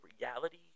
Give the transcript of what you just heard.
reality